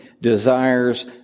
desires